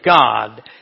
God